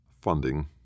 Funding